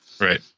Right